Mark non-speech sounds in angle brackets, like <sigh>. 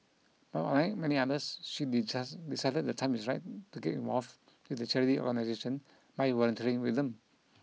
but unlike many others she <unintelligible> decided the time is ripe to get involved with the charity organisation by volunteering with them